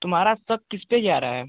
तुम्हारा शक किस पर जा रहा है